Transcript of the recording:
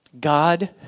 God